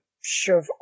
shove